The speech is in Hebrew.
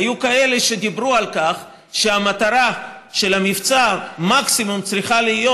היו כאלה שדיברו על כך שהמטרה של המבצע מקסימום צריכה להיות,